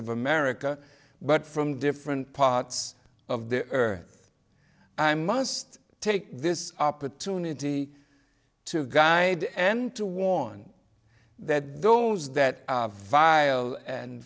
of america but from different parts of the earth i must take this opportunity to guide and to warn that those that vile and